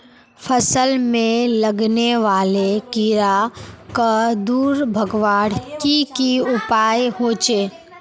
फसल में लगने वाले कीड़ा क दूर भगवार की की उपाय होचे?